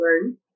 learn